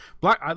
black